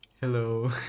Hello